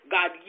God